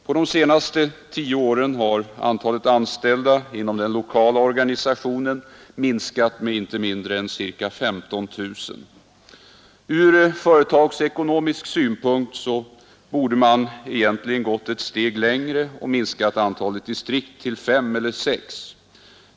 På de senaste tio åren har antalet anställda inom den lokala organisationen minskat med inte mindre än ca 15 000. Från företagsekonomisk synpunkt borde man egentligen ha gått ett steg längre och minskat antalet distrikt till fem eller sex.